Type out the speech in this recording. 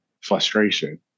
frustration